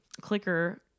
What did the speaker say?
clicker